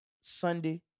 Sunday